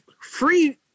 Free